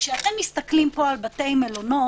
כשאתם מסתכלים פה על בתי מלון,